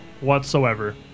whatsoever